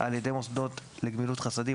על ידי מוסדות לגמילות חסדים,